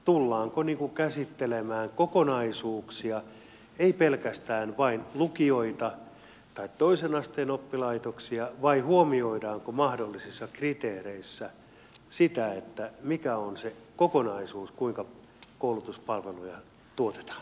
tullaanko käsittelemään kokonaisuuksia ei pelkästään vain lukioita tai toisen asteen oppilaitoksia ja huomioidaanko mahdollisissa kriteereissä sitä mikä on se kokonaisuus kuinka koulutuspalveluja tuotetaan